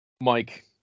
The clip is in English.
Mike